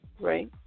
Right